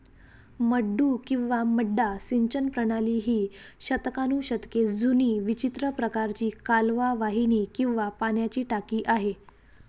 मड्डू किंवा मड्डा सिंचन प्रणाली ही शतकानुशतके जुनी विचित्र प्रकारची कालवा वाहिनी किंवा पाण्याची टाकी आहे